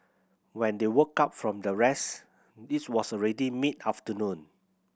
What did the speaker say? when they woke up from their rest it was already mid afternoon